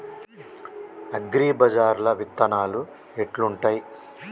అగ్రిబజార్ల విత్తనాలు ఎట్లుంటయ్?